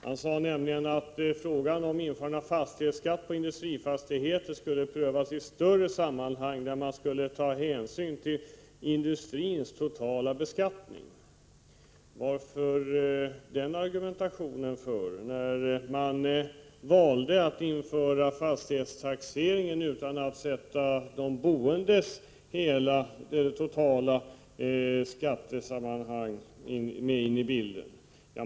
Han sade nämligen att frågan om införande av fastighetsskatt på industrifastigheter skulle prövas i ett större sammanhang, där hänsyn tas till industrins totala beskattning. Varför används den argumentationen, när man valde att införa fastighetstaxeringen utan att ta med de boendes totala beskattning i bilden?